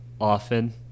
often